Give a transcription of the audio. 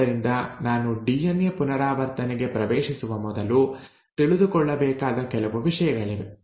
ಆದ್ದರಿಂದ ನಾನು ಡಿಎನ್ಎ ಪುನರಾವರ್ತನೆಗೆ ಪ್ರವೇಶಿಸುವ ಮೊದಲು ತಿಳಿದುಕೊಳ್ಳಬೇಕಾದ ಕೆಲವು ವಿಷಯಗಳಿವೆ